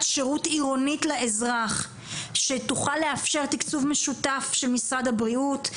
שירות עירונית לאזרח שתוכל לאפשר תקצוב משותף של משרד הבריאות,